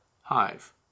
hive